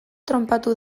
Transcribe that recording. tronpatu